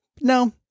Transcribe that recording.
no